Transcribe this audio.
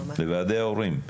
לוועדי ההורים.